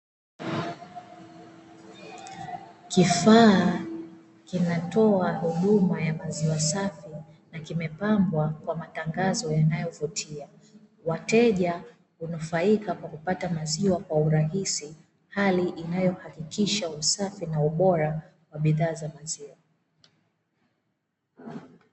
Kifaa kinatoa huduma ya maziwa safi na kimepambwa kwa matangazo yanayovutia wateja, hunufaika kwa kupata maziwa kwa urahisi, hali inayohakikisha usafi na ubora wa bidhaa za maziwa.